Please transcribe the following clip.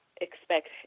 expect